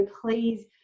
Please